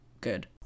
good